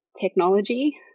technology